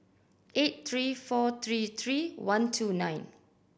eight three four three three one two nine